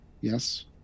Yes